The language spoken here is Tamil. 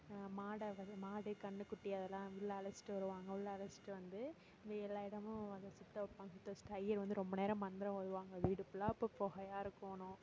மாடை வந்து மாடு கன்றுக்குட்டி அதெல்லாம் உள்ளே அழைச்சிட்டு வருவாங்க உள்ளே அழைச்சிட்டு வந்து இங்கே எல்லா இடமும் வந்து சுற்ற வைப்பாங்க சுற்ற வச்சுட்டு ஐயர் வந்து ரொம்ப நேரம் மந்திரம் ஓதுவாங்க வீடு ஃபுல்லாக அப்போ புகையா இருக்கணும்